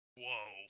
whoa